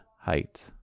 height